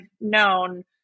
known